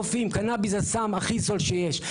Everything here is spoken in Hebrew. קנביס זה הסם הכי זול שיש.